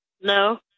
No